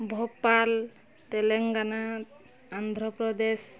Bhopal Telangana Andhra Pradesh